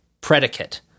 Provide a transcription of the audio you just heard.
predicate